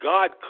God